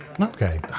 Okay